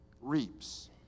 reaps